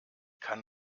kann